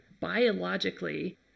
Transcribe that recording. biologically